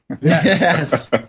Yes